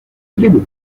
tribu